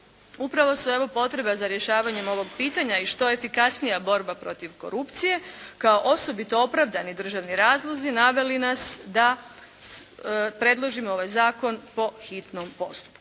Upravo se evo potreba za rješavanjem ovog pitanja i što efikasnija borba protiv korupcije kao osobito opravdani državni razlozi naveli nas da predložimo ovaj zakon po hitnom postupku.